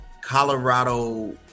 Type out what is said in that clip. Colorado